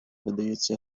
видається